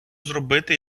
зробити